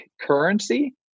currency